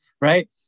right